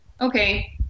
Okay